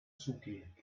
zugehen